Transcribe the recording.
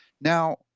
Now